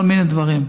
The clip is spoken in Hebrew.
כל מיני דברים.